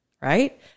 Right